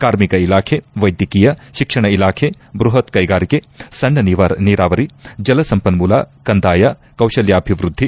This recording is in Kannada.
ಕಾರ್ಮಿಕ ಇಲಾಖೆ ವೈದ್ಯಕೀಯ ಶಿಕ್ಷಣ ಇಲಾಖೆ ಬೃಹತ್ ಕೈಗಾರಿಕೆ ಸಣ್ಣ ನೀರಾವರಿ ಜಲಸಂಪನ್ಮೂಲ ಕಂದಾಯ ಕೌಶಲ್ಲಾಭಿವೃದ್ದಿ